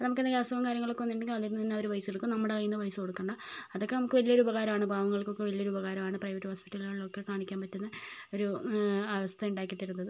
നമുക്ക് എന്തെങ്കിലും അസുഖം കാര്യങ്ങളുമൊക്കെ വന്നിട്ടുണ്ടെങ്കിൽ അതിൽ നിന്ന് അവരെ പൈസ എടുക്കും നമ്മുടെ കയ്യിൽ നിന്നും പൈസ കൊടുക്കേണ്ട അതൊക്കെ നമുക്ക് വലിയൊരു ഉപകാരാണ് പാവങ്ങൾക്ക് ഒക്കെ വലിയൊരു ഉപകാരമാണ് പ്രൈവറ്റ് ഹോസ്പിറ്റലുകളിൽ ഒക്കെ കാണിക്കാൻ പറ്റുന്ന ഒരു അവസ്ഥ ഉണ്ടാക്കി തരുന്നത്